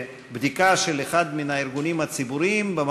בבדיקה של אחד מן הארגונים הציבוריים גם